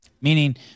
Meaning